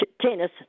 tennis